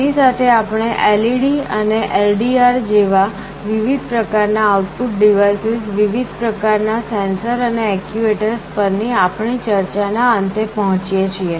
આની સાથે આપણે LED અને LDR જેવા વિવિધ પ્રકાર ના આઉટપુટ ડિવાઇસીસ વિવિધ પ્રકાર ના સેન્સર અને એક્ટ્યુએટર્સ પરની આપણી ચર્ચા ના અંતે પહોંચીએ છીએ